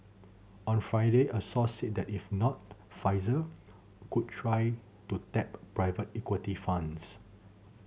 on Friday a source said that if not Pfizer could try to tap private equity funds